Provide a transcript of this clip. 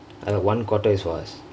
அதில்ல:athila one quarter is for us